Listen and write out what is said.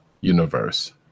universe